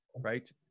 Right